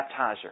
baptizer